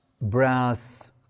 brass